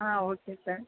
ah okay sir